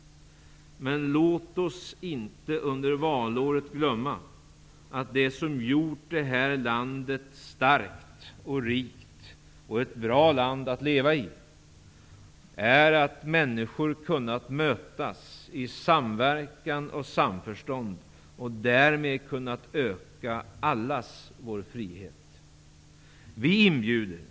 Men låt oss inte under valåret glömma att det som gjort det här landet starkt och rikt och till ett bra land att leva i är att människor kunnat mötas i samverkan och samförstånd och därmed kunnat öka allas vår frihet.